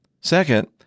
Second